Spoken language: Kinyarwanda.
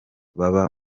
baba